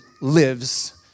lives